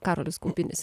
karolis kaupinis